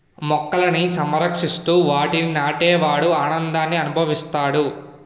మొక్కలని సంరక్షిస్తూ వాటిని నాటే వాడు ఆనందాన్ని అనుభవిస్తాడు